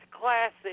classic